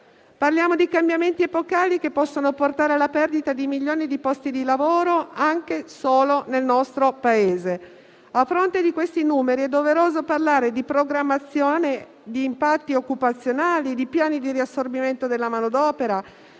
Parliamo di cambiamenti epocali, che possono portare alla perdita di milioni di posti di lavoro, anche solo nel nostro Paese. A fronte di questi numeri, è doveroso parlare di programmazione, di impatti occupazionali, di piani di riassorbimento della manodopera